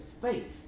faith